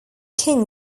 kings